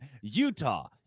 Utah